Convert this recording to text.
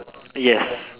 yes